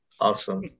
Awesome